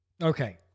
Okay